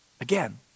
Again